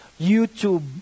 YouTube